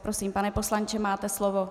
Prosím, pane poslanče, máte slovo.